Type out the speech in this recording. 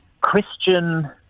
Christian